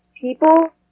people